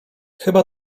chyba